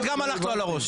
את גם הלכת לו על הראש.